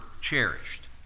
cherished